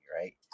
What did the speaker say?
right